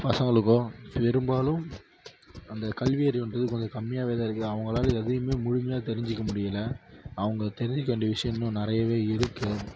பசங்களுக்கோ பெரும்பாலும் அந்த கல்வி அறிவுன்றது கொஞ்சம் கம்மியாகவேதான் இருக்குது அவங்களால எதையுமே முழுமையாக தெரிஞ்சுக்க முடியலை அவங்க தெரிஞ்சுக்க வேண்டிய விஷயம் இன்னும் நிறையவே இருக்குது